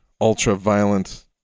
ultra-violent